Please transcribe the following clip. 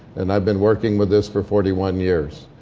and i've been working with this for forty one years.